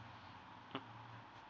mm